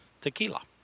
Tequila